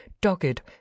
dogged